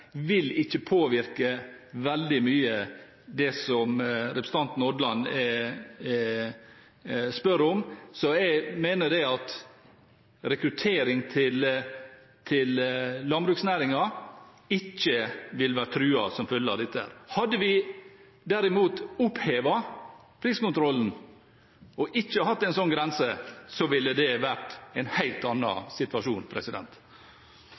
vil ikke påvirke veldig mye. Når det gjelder det som representanten Omland spør om, mener jeg at rekruttering til landbruksnæringen ikke vil være truet som følge av dette. Hadde vi derimot opphevet priskontrollen og ikke hatt en sånn grense, ville det ha vært en